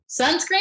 sunscreen